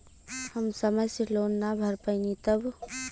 हम समय से लोन ना भर पईनी तब?